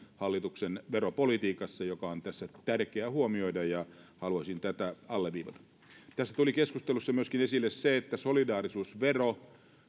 hallituksen veropolitiikassa mikä on tässä tärkeä huomioida ja haluaisin tätä alleviivata tässä tuli keskustelussa myöskin esille se että solidaarisuusvero